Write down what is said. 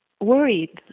worried